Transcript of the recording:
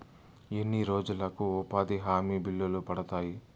ఎన్ని రోజులకు ఉపాధి హామీ బిల్లులు పడతాయి?